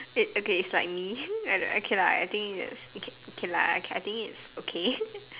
it okay its like me okay lah I think its okay lah I think its okay